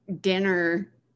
dinner